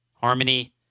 harmony